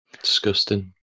Disgusting